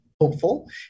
hopeful